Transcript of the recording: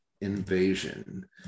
invasion